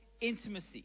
intimacy